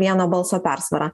vieno balso persvara